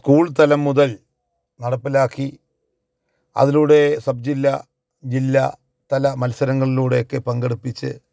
school തലം മുതൽ നടപ്പിലാക്കി അതിലൂടെ സബ്ജില്ല ജില്ല തല മത്സരങ്ങളിലൂടെയൊക്കെ പങ്കെടുപ്പിച്ച്